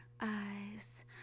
eyes